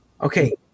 okay